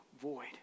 void